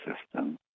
system